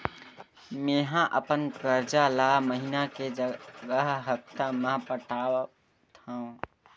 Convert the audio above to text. मेंहा अपन कर्जा ला महीना के जगह हप्ता मा पटात हव